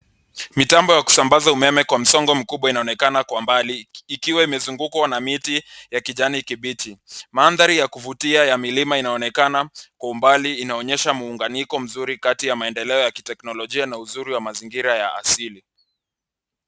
Mitambo ya kusambaza umeme kwa msongo inaonekana kwa mbali, ikiwa imezungukwa na miti ya kijanikibichi. Mandhari ya kuvutia ya milima inaonekana kwa umbali, inaonyesha muunganiko mzuri kati ya maendeleo ya kiteknolojia na uzuri wa mazingira ya asili.